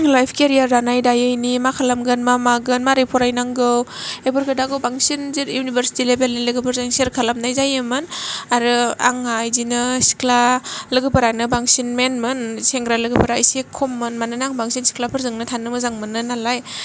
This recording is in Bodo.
लाइप केरियार दानाय दायैनि मा खालामगोन मा मागोन मारै फरायनांगौ बेफोर खोथाखौ बांसिन इउनिभारसिटि लेबेलनि लोगोफोरजों सेर खालामनाय जायोमोन आरो आं आइदिनो सिख्ला लोगोफोरानो बांसिन मेन मोन सेंग्रा लोगोफोरा इसे खम मोन मानोना आं बांसिन सिख्लाफोरजोंनो थानो मोजां मोनो नालाय